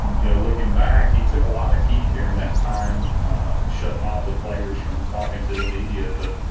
you know looking back he took a lot of heat during that time ah. churn out the players from talking to the media but